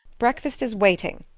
breakfast is waiting.